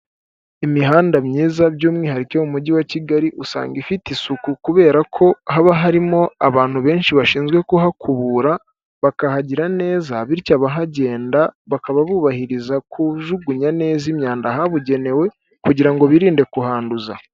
Imihanda myiza, by'umwihariko iyo mu mujyi wa Kigali usanga ifite isuku, kubera ko haba harimo abantu benshi bashinzwe kuhakubura bakahagira neza, bityo abahagenda bakaba bubahiriza kujugunya neza imyanda ahabugenewe, kugira ngo birinde kuhanduza.